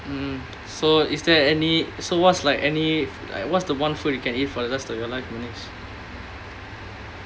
mm mm so is there any so what's like any like what's the one food you can eat for the rest of your life munis